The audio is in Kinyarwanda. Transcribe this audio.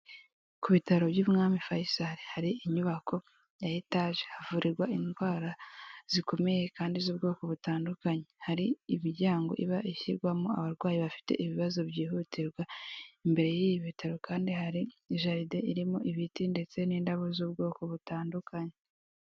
Ku bitaro by'umwami Fayisali hari inyubako ya etaje, havurirwa indwara zikomeye, kandi z'ubwoko butandukanye, hari imiryango iba ishyirwamo abarwayi bafite ibibazo byihutirwa, imbere y'ibi bitaro kandi hari jaride irimo ibiti ndetse n'indabo z'ubwoko butandukanye.